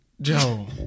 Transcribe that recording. Joe